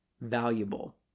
valuable